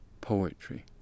poetry